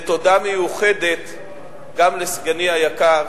ותודה מיוחדת גם לסגני היקר